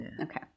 Okay